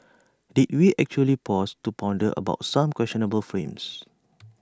did we actually pause to ponder about some questionable frames